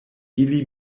ili